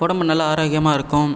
உடம்பு நல்லா ஆரோக்கியமாக இருக்கும்